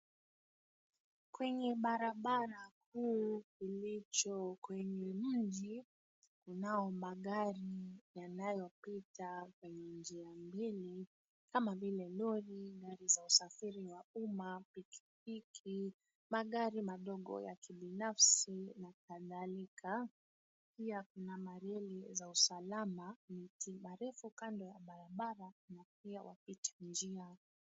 Kwenye barabara kuu ilicho kwenye mji kunao magari yanayopita kwenye njia mbili kama vile lori , magari za usafiri wa umma , pikipiki, magari madogo ya kibinafsi na kadhalika. Pia kuna mareli za usalama , miti marefu kando ya barabara na wapita njia.